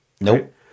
Nope